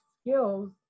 skills